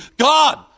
God